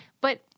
But-